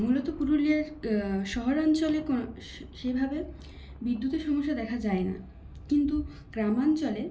মূলত পুরুলিয়ার শহরাঞ্চলে কোনো সে সেভাবে বিদ্যুতের সমস্যা দেখা যায় না কিন্তু গ্রামাঞ্চলে